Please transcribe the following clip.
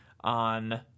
on